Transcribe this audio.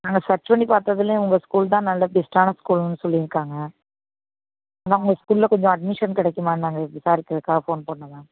நாங்கள் சர்ச் பண்ணி பார்த்ததுல உங்கள் ஸ்கூல் தான் நல்ல பெஸ்ட்டான ஸ்கூல்ன்னு சொல்லியிருக்காங்க அதான் உங்கள் ஸ்கூலில் கொஞ்சம் அட்மிஷன் கிடைக்குமானு நாங்கள் விசாரிக்கறக்காக ஃபோன் பண்ணோம் மேம்